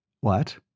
What